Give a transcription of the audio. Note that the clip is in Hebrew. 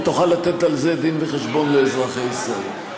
ותוכל לתת על זה דין וחשבון לאזרחי ישראל.